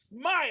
smile